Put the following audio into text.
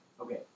Okay